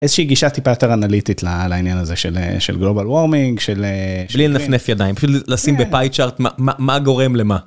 איזושהי גישה טיפה יותר אנליטית לעניין הזה של גלובל וורמינג, של... בלי לנפנף ידיים, פשוט לשים בpie chart מה גורם למה.